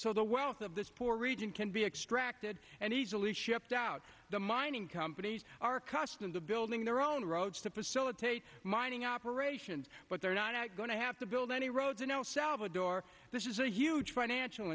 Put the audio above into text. so the wealth of this poor region can be extracted and easily shipped out the mining companies are accustomed to building their own roads to facilitate mining operations but they're not going to have to build any road to know salvador this is a huge financial